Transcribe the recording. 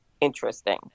interesting